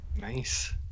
Nice